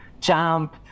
jump